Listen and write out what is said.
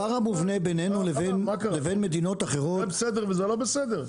הפער המובנה בינינו לבין מדינות אחרות --- זה בסדר וזה לא בסדר?